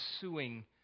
suing